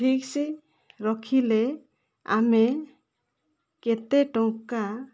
fix ରଖିଲେ ଆମେ କେତେ ଟଙ୍କା